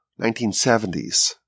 1970s